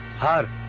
have